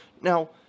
Now